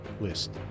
list